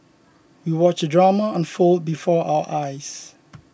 we watched the drama unfold before our eyes